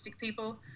people